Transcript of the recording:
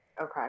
Okay